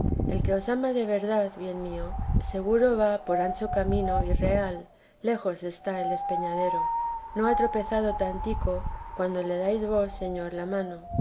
el que os ama de verdad bien mío seguro va por ancho camino y real lejos está el despeñadero no ha tropezado tantico cuando le dais vos señor la mano